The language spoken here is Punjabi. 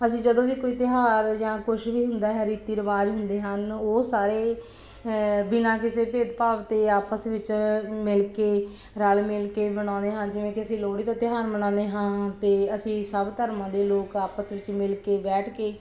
ਅਸੀਂ ਜਦੋਂ ਵੀ ਕੋਈ ਤਿਉਹਾਰ ਜਾਂ ਕੁਝ ਵੀ ਹੁੰਦਾ ਹੈ ਰੀਤੀ ਰਿਵਾਜ਼ ਹੁੰਦੇ ਹਨ ਉਹ ਸਾਰੇ ਬਿਨਾ ਕਿਸੇ ਭੇਦਭਾਵ ਦੇ ਆਪਸ ਵਿੱਚ ਮਿਲ ਕੇ ਰਲ ਮਿਲ ਕੇ ਮਨਾਉਂਦੇ ਹਾਂ ਜਿਵੇਂ ਕਿ ਅਸੀਂ ਲੋਹੜੀ ਦਾ ਤਿਉਹਾਰ ਮਨਾਉਂਦੇ ਹਾਂ ਅਤੇ ਅਸੀਂ ਸਭ ਧਰਮਾਂ ਦੇ ਲੋਕ ਆਪਸ ਵਿੱਚ ਮਿਲ ਕੇ ਬੈਠ ਕੇ